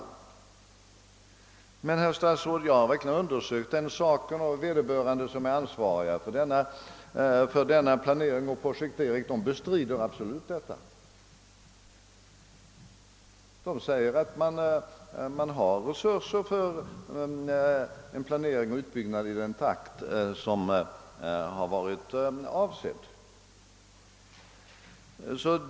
Men, herr statsråd, jag har verkligen undersökt den saken och vederbörande som är ansvariga för denna planering och projektering bestrider absolut detta. De säger att man har resurser för en planering och utbyggnad i den takt som har varit avsedd.